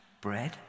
Bread